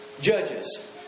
Judges